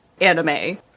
anime